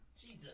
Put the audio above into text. Jesus